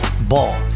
Ball